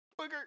booger